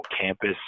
campus